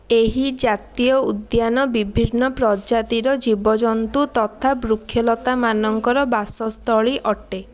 ଏହି ଜାତୀୟ ଉଦ୍ୟାନ ବିଭିନ୍ନ ପ୍ରଜାତିର ଜୀବଜନ୍ତୁ ତଥା ବୃକ୍ଷଲତାମାନଙ୍କର ବାସସ୍ଥଳୀ ଅଟେ